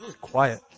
quiet